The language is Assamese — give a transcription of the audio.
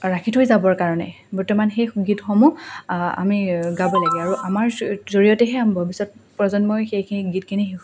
ৰাখি থৈ যাবৰ কাৰণে বৰ্তমান সেই গীতসমূহ আমি গাব লাগে আৰু আমাৰ জৰিয়তেহে ভৱিষ্যত প্ৰজন্মই সেইখিনি গীতখিনি শিকি